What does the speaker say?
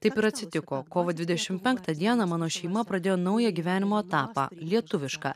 taip ir atsitiko kovo dvidešimt penktą dieną mano šeima pradėjo naują gyvenimo etapą lietuvišką